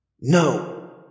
No